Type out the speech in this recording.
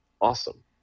awesome